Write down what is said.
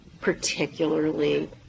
particularly